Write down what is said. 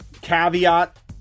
caveat